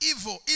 evil